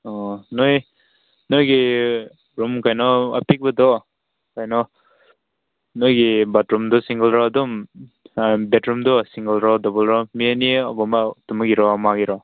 ꯑꯣ ꯅꯣꯏ ꯅꯣꯏꯒꯤ ꯔꯨꯝ ꯀꯩꯅꯣ ꯑꯄꯤꯛꯄꯗꯣ ꯀꯩꯅꯣ ꯅꯣꯏꯒꯤ ꯕꯥꯠꯔꯨꯝꯗꯣ ꯁꯤꯡꯒꯜꯔꯣ ꯑꯗꯨꯝ ꯕꯦꯗꯔꯨꯝꯗꯣ ꯁꯤꯡꯒꯜꯔꯣ ꯗꯕꯜꯔꯣ ꯃꯤ ꯑꯅꯤꯒꯨꯝꯕ ꯇꯨꯝꯕꯒꯤꯔꯣ ꯑꯃꯒꯤꯔꯣ